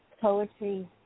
poetry